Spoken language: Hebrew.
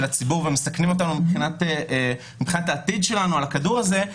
הציבור ומסכנים אותנו מבחינת העתיד שלנו על הכדור הזה,